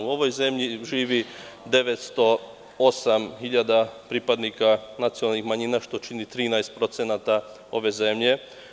U ovoj zemlji živi 908 hiljada pripadnika nacionalnih manjina, što čini 13% ove zemlje.